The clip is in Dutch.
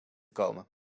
komen